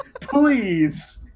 Please